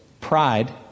Pride